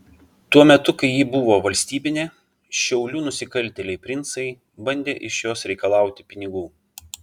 tuo metu kai ji buvo valstybinė šiaulių nusikaltėliai princai bandė iš jos reikalauti pinigų